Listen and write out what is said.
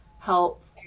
help